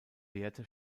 werte